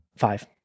Five